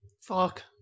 Fuck